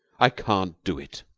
i can't do it!